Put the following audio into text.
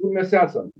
kur mes esam